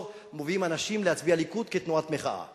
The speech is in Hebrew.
מביאים אנשים להצביע ליכוד כתנועת מחאה.